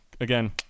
again